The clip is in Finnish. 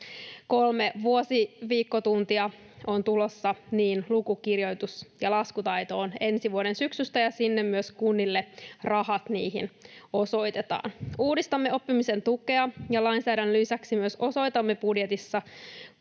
Kolme vuosiviikkotuntia on tulossa luku-, kirjoitus- ja laskutaitoon ensi vuoden syksystä, ja kunnille myös rahat niihin osoitetaan. Uudistamme oppimisen tukea, ja lainsäädännön lisäksi myös osoitamme budjetissa